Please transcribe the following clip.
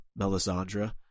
Melisandre